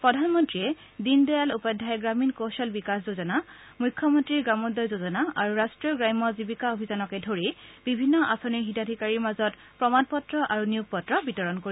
প্ৰধানমন্ত্ৰীয়ে দীন দয়াল উপাধ্যায় গ্ৰামীণ কৌশল বিকাশ যোজনা মুখ্যমন্ত্ৰী গ্ৰামোদ্ঘয় যোজনা আৰু ৰাট্টীয় গ্ৰাম্য জীৱিকা অভিযানকে ধৰি বিভিন্ন আঁচনিৰ হিতাধিকাৰীৰ মাজত প্ৰমাণ পত্ৰ নিয়োগপত্ৰ বিতৰণ কৰিব